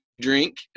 drink